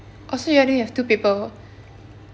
oh so you only have two people